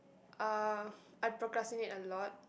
uh I procrastinate a lot